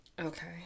Okay